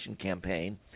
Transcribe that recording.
campaign